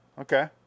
okay